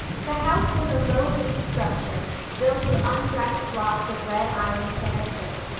the house was a low-eaved structure built of undressed blocks of red island sandstone,